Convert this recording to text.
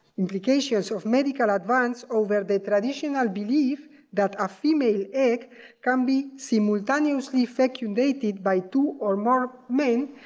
implications of medical advance over the traditional belief that a female egg can be simultaneously fecundated by two or more men,